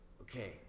okay